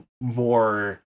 more